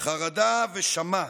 חרדה ושמה,